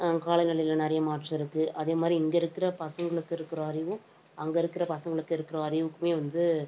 காலநிலையில் நிறைய மாற்றம் இருக்குது அதேமாதிரி இங்கே இருக்கிற பசங்களுக்கு இருக்கிற அறிவும் அங்கே இருக்கிற பசங்களுக்கு இருக்கிற அறிவுக்குமே வந்து